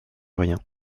rien